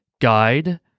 guide